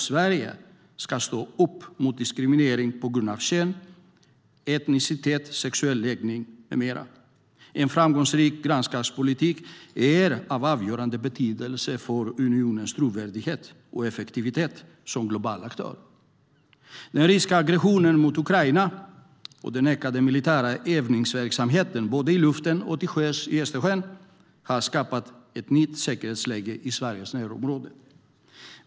Sverige ska stå upp mot diskriminering på grund av kön, etnicitet, sexuell läggning med mera. En framgångsrik grannskapspolitik är av avgörande betydelse för unionens trovärdighet och effektivitet som global aktör. Den ryska aggressionen mot Ukraina och den ökade militära övningsverksamheten både i luften och till sjöss i Östersjön har skapat ett nytt säkerhetsläge i Sveriges närområde.